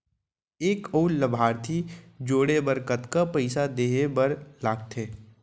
एक अऊ लाभार्थी जोड़े बर कतका पइसा देहे बर लागथे?